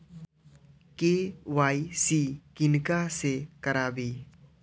KYC किनका से कराबी?